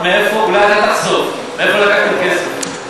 אולי אתה תחשוף, מאיפה לקחת כסף.